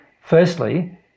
Firstly